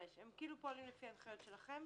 הם פועלים בדרך כלל לפי ההנחיות שלנו.